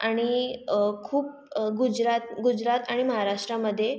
आणि खूप गुजरात गुजरात आणि माहाराष्ट्रामध्ये